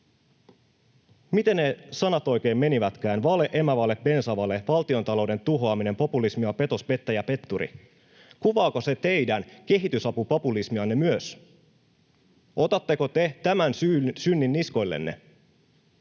Miten ne sanat oikein menivätkään? ”Vale”, ”emävale”, ”bensavale”, ”valtiontalouden tuhoaminen”, ”populismi” ja ”petos”, ”pettäjä”, ”petturi”. Kuvaako se teidän kehitysapupopulismianne myös? Otatteko te tämän synnin niskoillenne?